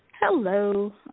Hello